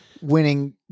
winning